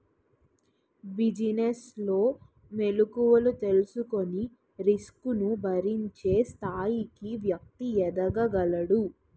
business లో మెలుకువలు తెలుసుకొని రిస్క్ ను భరించే స్థాయికి వ్యక్తి ఎదగగలడు